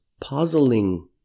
puzzling